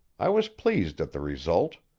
i was pleased at the result.